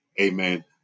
amen